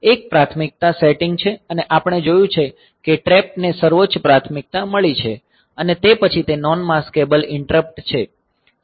એક પ્રાથમિકતા સેટિંગ છે અને આપણે જોયું છે કે TRAP ને સર્વોચ્ચ પ્રાથમિકતા મળી છે અને તે પછી તે નોન માસ્કેબલ ઈંટરપ્ટ છે